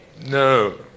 No